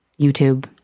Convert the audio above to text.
YouTube